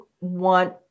want